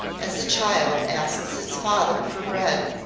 as a child asks its father for bread.